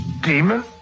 demon